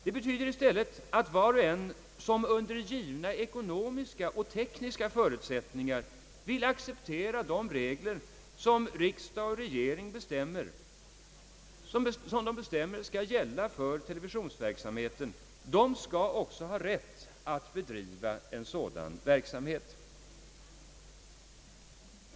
Det betyder i stället att var och en som under givna ekonomiska och tekniska förutsättningar vill acceptera de regler som riksdag och regering bestämmer skall gälla för televisionsverksamheten också skall ha rätt att bedriva en sådan verksamhet.